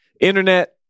Internet